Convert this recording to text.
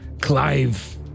Clive